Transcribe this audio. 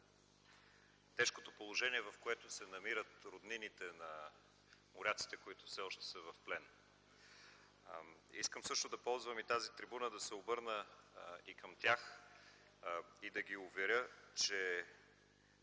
тежкото положение, в което се намират роднините на моряците, които все още са в плен. Искам също да използвам тази трибуна, за да се обърна и към тях и да ги уверя, че